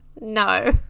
no